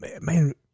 man